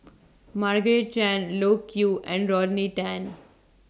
Margaret Chan Loke Yew and Rodney Tan